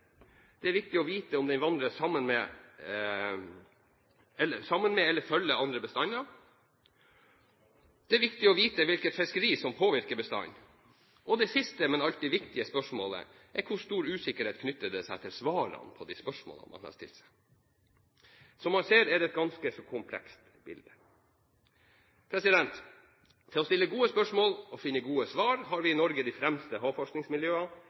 Det er viktig å vite om den vandrer sammen med eller følger andre bestander. Det er viktig å vite hvilket fiskeri som påvirker bestanden. Og det siste, men alltid viktige spørsmålet er hvor stor usikkerhet det knytter seg til svarene på de spørsmålene en har stilt. Som man ser, er det et ganske så komplekst bilde. Til å stille gode spørsmål og finne gode svar har vi i Norge de fremste